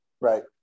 Right